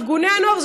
ארגוני הנוער,